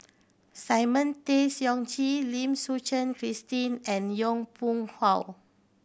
Simon Tay Seong Chee Lim Suchen Christine and Yong Pung How